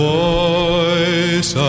voice